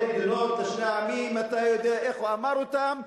כשהוא אמר "שתי מדינות לשני עמים",